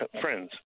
friends